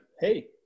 Hey